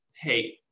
hey